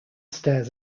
stairs